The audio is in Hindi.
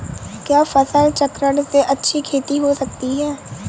क्या फसल चक्रण से अच्छी खेती हो सकती है?